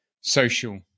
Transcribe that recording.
social